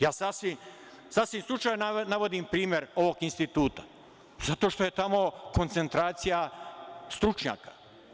Ja sasvim slučajno navodim primer ovog instituta, zato što je tamo koncentracija stručnjaka.